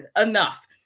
enough